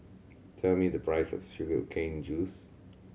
tell me the price of sugar cane juice